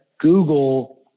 Google